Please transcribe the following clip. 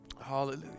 Hallelujah